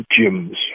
gyms